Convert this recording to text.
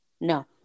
no